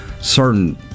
certain